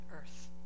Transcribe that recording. earth